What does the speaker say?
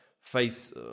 face